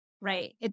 right